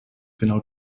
genau